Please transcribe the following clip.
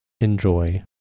enjoy